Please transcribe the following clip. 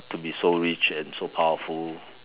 to be so rich and so powerful